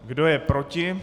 Kdo je proti?